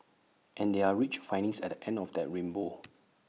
and there are rich findings at the end of that rainbow